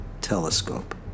telescope